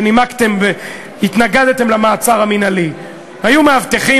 שנימקתם והתנגדתם למעצר המינהלי: היו מאבטחים,